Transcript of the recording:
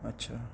اچھا